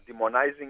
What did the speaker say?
demonizing